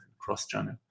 cross-channel